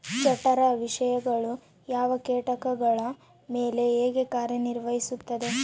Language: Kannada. ಜಠರ ವಿಷಯಗಳು ಯಾವ ಕೇಟಗಳ ಮೇಲೆ ಹೇಗೆ ಕಾರ್ಯ ನಿರ್ವಹಿಸುತ್ತದೆ?